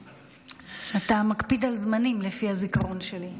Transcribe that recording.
אתה מקפיד על זמנים, לפי הזיכרון שלי.